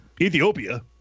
Ethiopia